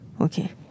Okay